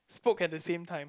spoke at the same time